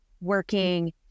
working